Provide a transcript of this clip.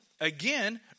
again